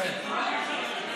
הליכוד.